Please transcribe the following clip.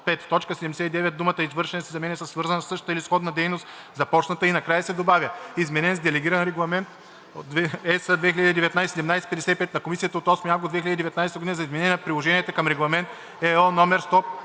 т. 79 думата „извършена“ се заменя със „свързана със същата или сходна дейност, започната“ и накрая се добавя „изменен с Делегиран регламент (ЕС) 2019/1755 на Комисията от 8 август 2019 година за изменение на приложенията към Регламент (ЕО) №